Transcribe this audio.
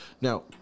Now